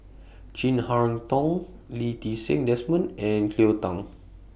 Chin Harn Tong Lee Ti Seng Desmond and Cleo Thang